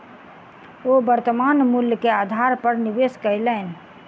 ओ वर्त्तमान मूल्य के आधार पर निवेश कयलैन